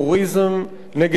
נגד טרוריסטים,